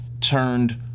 turned